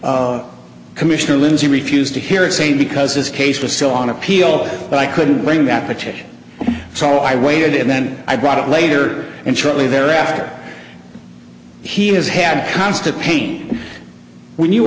of commissioner lindsay refused to hear it saying because this case was still on appeal but i couldn't bring that petition so i waited and then i brought it later and shortly thereafter he has had constant pain when you